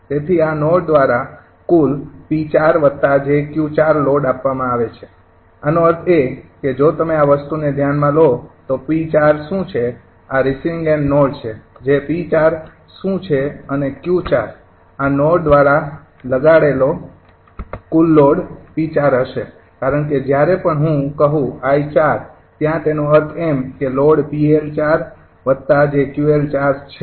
તેથી આ નોડ દ્વારા કુલ 𝑃૪𝑗𝑄૪ લોડ આપવામાં છે આનો અર્થ એ કે જો તમે આ વસ્તુને ધ્યાનમાં લો તો P ૪ શું છે આ રિસીવિંગ એન્ડ નોડ છે જે 𝑃૪ શું છે અને 𝑄૪ આ નોડ દ્વારા લગાડેલો કુલ લોડ 𝑃૪ હશે 𝑃𝐿૪ કારણ કે જ્યારે પણ હું કહું 𝑖૪ ત્યાં તેનો અર્થ એમ કે લોડ 𝑃𝐿૪𝑗𝑄𝐿૪ છે